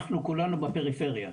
אנחנו כולנו בפריפריה.